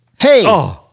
hey